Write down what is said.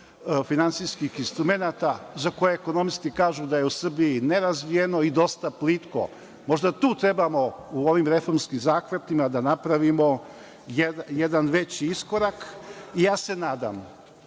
finansijskih isntrumenata za koje ekonomisti kažu da je u Srbiji nerazvijeno i dosta plitko. Možda tu trebamo u ovim reformskim zahvatima da napravimo jedan veći iskorak i ja se nadam